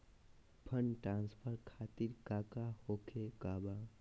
Fund transfer खातिर काका होखे का बा?